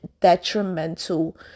detrimental